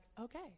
okay